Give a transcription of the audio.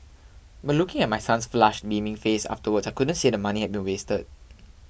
but looking at my son's flushed beaming face afterwards I couldn't say the money had been wasted